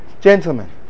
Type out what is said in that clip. gentlemen